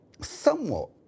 somewhat